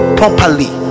properly